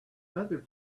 other